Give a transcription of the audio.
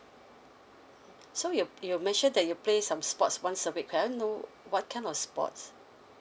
so you you mention that you play some sports once a week can I know what kind of sports